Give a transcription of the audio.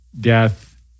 death